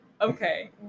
okay